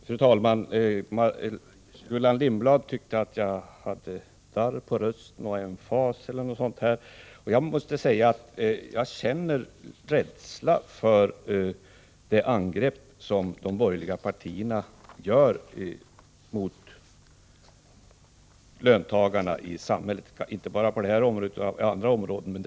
Fru talman! Gullan Lindblad tyckte att jag hade darr på rösten och emfas, och jag måste säga att jag känner rädsla för de angrepp som de borgerliga partierna gör mot löntagarna i samhället, inte bara på det här området utan också på andra områden.